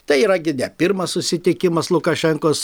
tai yra gide pirmas susitikimas lukašenkos